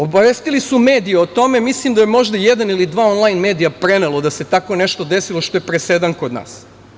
Obavestili su medije o tome, mislim da je možda jedan ili dva onlajn medija prenelo da se tako nešto desilo što je presedan kod nas.